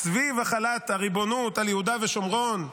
סביב החלת הריבונות על יהודה ושומרון,